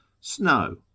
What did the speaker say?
Snow